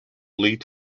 lead